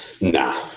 Nah